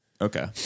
Okay